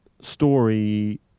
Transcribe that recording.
story